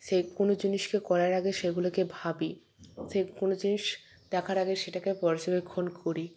সে কোনো জিনিসকে করার আগে সেগুলোকে ভাবি সে কোনো জিনিস দেখার আগে সেটাকে পর্যবেক্ষণ করি